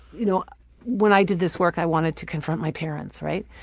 you know when i did this work, i wanted to confront my parents, right?